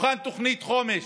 תוכן תוכנית חומש,